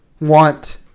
want